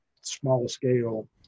small-scale